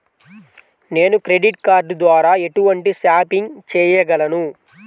నేను credit card ద్వార ఎటువంటి షాపింగ్ చెయ్యగలను?